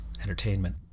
entertainment